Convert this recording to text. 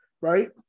right